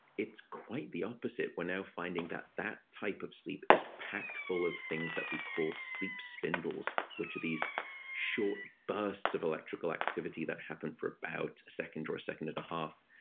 it's quite the opposite. we're now finding that that type of sleep is packed full of things that we called sleep spindles, which are these short bursts of electrical activity that happen for about a second or a second-and-a-half.